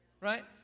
Right